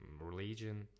religion